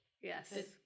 Yes